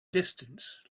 distance